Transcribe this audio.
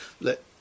let